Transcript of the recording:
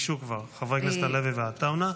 כבר ביקשו חברי הכנסת הלוי ועטאונה.